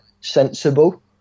sensible